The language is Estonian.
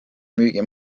müügi